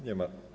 Nie ma?